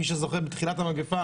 בתחילת המגיפה,